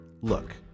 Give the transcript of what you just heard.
look